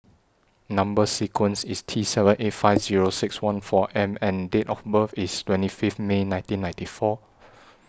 Number sequence IS T seven eight five Zero six one four M and Date of birth IS twenty Fifth May nineteen ninety four